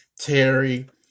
Terry